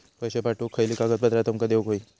पैशे पाठवुक खयली कागदपत्रा तुमका देऊक व्हयी?